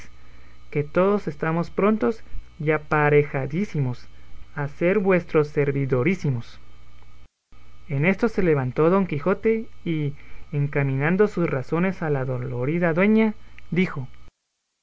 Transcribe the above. que todos estamos prontos y aparejadísimos a ser vuestros servidorísimos en esto se levantó don quijote y encaminando sus razones a la dolorida dueña dijo